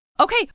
Okay